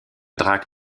drac